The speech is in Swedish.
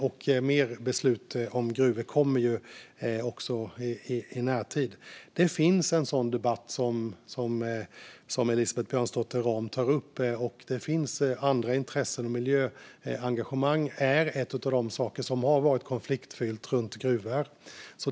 Och fler beslut om gruvor kommer alltså i närtid. Det finns en sådan debatt som Elisabeth Björnsdotter Rahm tar upp. Det finns andra intressen, och miljöengagemang runt gruvor är ett av de områden som varit konfliktfyllda.